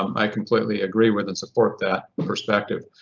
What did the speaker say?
um i completely agree with and support that perspective.